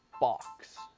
box